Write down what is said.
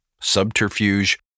subterfuge